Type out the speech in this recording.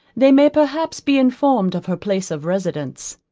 they may perhaps be informed of her place of residence.